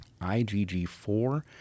IgG4